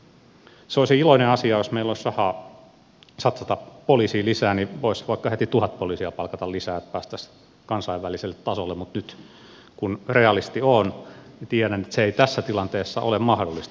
olisi iloinen asia jos meillä olisi rahaa satsata poliisiin lisää voisi vaikka heti tuhat poliisia palkata lisää että päästäisiin kansainväliselle tasolle mutta nyt kun realisti olen tiedän että se ei tässä tilanteessa ole mahdollista